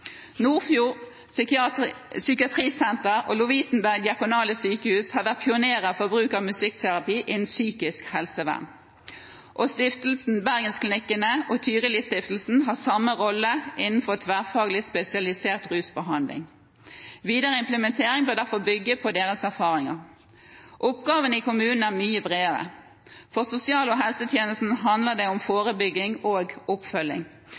psykiatrisenter og Lovisenberg Diakonale Sykehus har vært pionerer for bruk av musikkterapi innen psykisk helsevern, og Stiftelsen Bergensklinikkene og Tyrilistiftelsen har samme rolle innenfor tverrfaglig spesialisert rusbehandling. Videre implementering bør derfor bygge på deres erfaringer. Oppgavene i kommunene er mye bredere. For sosial- og helsetjenestene handler det om forebygging og oppfølging,